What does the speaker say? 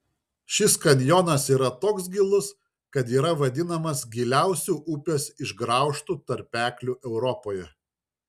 šis kanjonas yra toks gilus kad yra vadinamas giliausiu upės išgraužtu tarpekliu europoje